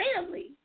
family